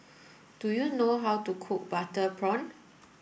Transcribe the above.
do you know how to cook butter prawn